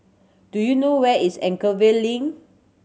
do you know where is Anchorvale Link